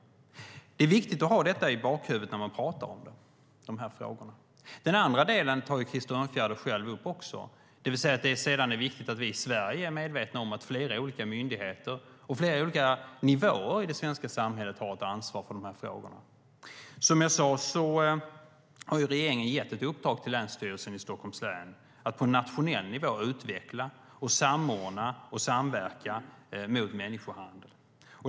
Det är viktigt att ha det i bakhuvudet när man talar om de här frågorna. Den andra delen tar Krister Örnfjäder också upp, det vill säga att det är viktigt att vi i Sverige är medvetna om att flera olika myndigheter, och flera olika nivåer i det svenska samhället, har ett ansvar för dessa frågor. Som jag sade har regeringen gett Länsstyrelsen i Stockholms län ett uppdrag att på nationell nivå utveckla, samordna och samverka i arbetet mot människohandeln.